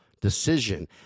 decision